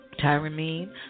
tyramine